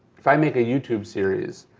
if i make a youtube series,